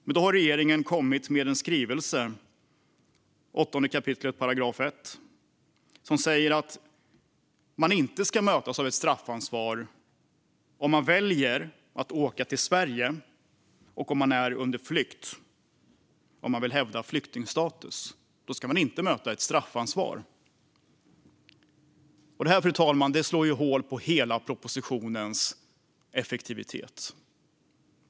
Men då har regeringen kommit med en skrivelse - 8 kap. 1 §- som säger att man, om man väljer att åka till Sverige och om man är under flykt och alltså vill hävda flyktingstatus, inte ska mötas av ett straffansvar. Det här, fru talman, slår hål på hela propositionens effektivitet.